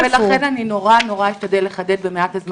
לכן אני נורא אשתדל לחדד במעט הזמן שיש לי